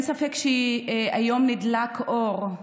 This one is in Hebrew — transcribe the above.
אין ספק שהיום נדלק אור,